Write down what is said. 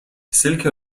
silke